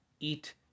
eat